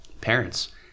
parents